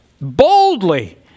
boldly